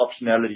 optionality